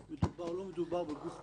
מדובר לא בגוף פרטי